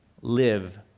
live